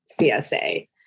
CSA